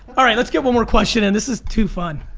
all right let's give one more question and this is too fun.